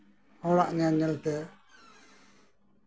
ᱦᱚᱲᱟᱜ ᱧᱮᱞ ᱧᱮᱞᱛᱮ